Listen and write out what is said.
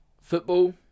football